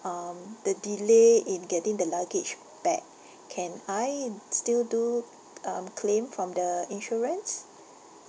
um the delay in getting the luggage back can I still do um claim from the insurance